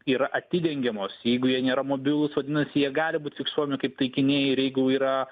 yra atidengiamos jeigu jie nėra mobilūs vadinasi jie gali būt fiksuojami kaip taikiniai ir jeigu yra